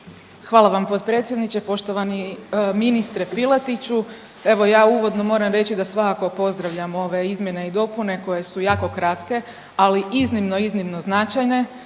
Hvala vam potpredsjedniče. Poštovani ministre Piletiću, evo ja uvodno moram reći da svakako pozdravljam ove izmjene i dopune koje su jako kratke, ali iznimno, iznimno značajne